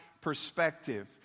perspective